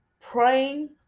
Praying